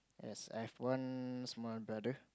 yes I've one small brother